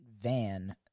van